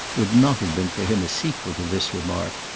would not have been for him a sequel to this remark,